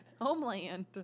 Homeland